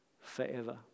forever